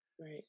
Right